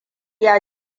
ya